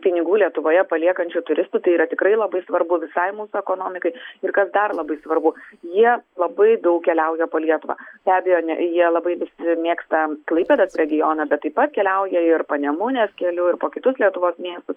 pinigų lietuvoje paliekančių turistų tai yra tikrai labai svarbu visai mūsų ekonomikai ir kas dar labai svarbu jie labai daug keliauja po lietuvą be abejo ne jie labai visi mėgsta klaipėdos regioną bet taip pat keliauja ir panemunės keliu ir po kitus lietuvos miestus